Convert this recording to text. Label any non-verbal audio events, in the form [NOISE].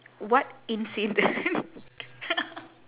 what incident [LAUGHS]